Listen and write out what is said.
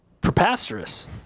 Preposterous